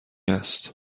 است